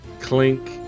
clink